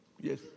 yes